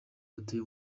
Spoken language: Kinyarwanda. batuye